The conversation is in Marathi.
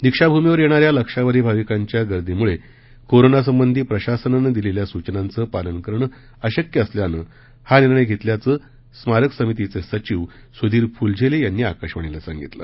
दीक्षा भूमीवर येणा या लक्षावधी भाविकांच्या गर्दीमुळे कोरोना संबंधी प्रशासनानं दिलेल्या सूचनांचं पालन करणं अशक्य असल्यानं हा निर्णय घेतल्याचं स्मारक समितीचे सचिव सुधीर फुलझेले यांनी आकाशवाणीला सांगितलं